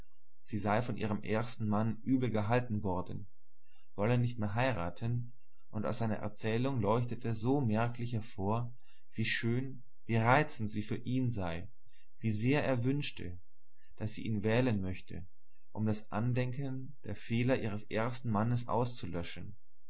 sie sei von ihrem ersten mann übel gehalten worden wolle nicht mehr heiraten und aus seiner erzählung leuchtete so merklich hervor wie schön wie reizend sie für ihn sei wie sehr er wünschte daß sie ihn wählen möchte um das andenken der fehler ihres ersten mannes auszulöschen